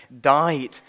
died